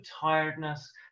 tiredness